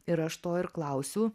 ir aš to ir klausiu